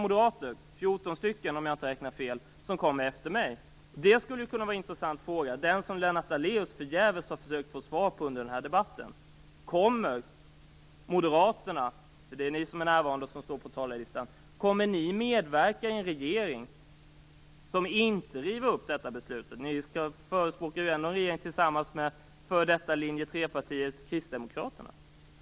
Men det kommer 14 moderater på talarlistan efter mig. En intressant fråga är den som Lennart Daléus förgäves har försökt att få svar på under denna debatt: Kommer Moderaterna att medverka i en regering som inte river upp detta beslut? Ni förespråkar en regering tillsammans med bl.a. det f.d. linje 3-partiet Kristdemokraterna.